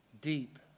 Deep